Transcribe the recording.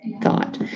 thought